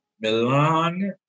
Milan